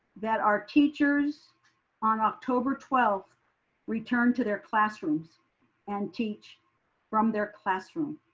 that our teachers on october twelfth return to their classrooms and teach from their classroom,